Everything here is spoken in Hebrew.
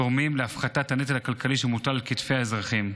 תורמים להפחתת הנטל הכלכלי שמוטל על כתפי האזרחים.